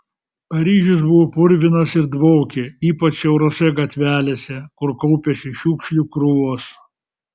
paryžius buvo purvinas ir dvokė ypač siaurose gatvelėse kur kaupėsi šiukšlių krūvos